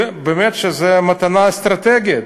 שהיא באמת מתנה אסטרטגית,